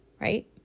right